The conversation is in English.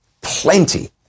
plenty